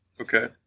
okay